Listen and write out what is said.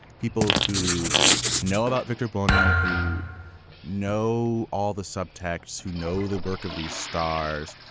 people who know about victor bono, who know all the subtexts, who know the work of these stars.